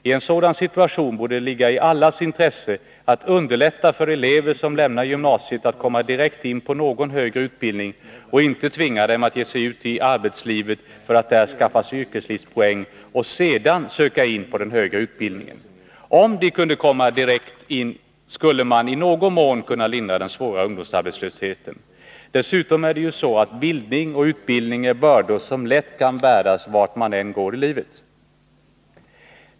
I en sådan situation borde det ligga i allas intresse att underlätta för elever som lämnar gymnasiet att komma direkt in på någon högre utbildning och inte tvinga dem att ge sig ut i arbetslivet för att där skaffa sig yrkeslivspoäng och sedan söka in på den högre utbildningen. Om de kunde komma in direkt, skulle man i någon mån kunna lindra den svåra ungdomsarbetslösheten. Dessutom är ju bildning och utbildning bördor som lätt kan bäras vart man än går i livet.